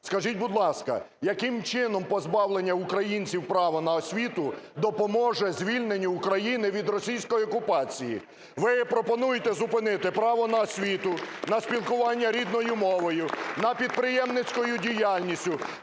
Скажіть, будь ласка, яким чином позбавлення українців права на освіту допоможе звільненню України від російської окупації. Ви пропонуєте зупинити право на освіту, на спілкування рідною мовою, на підприємницьку діяльність.